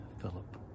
Philip